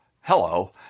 Hello